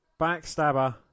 Backstabber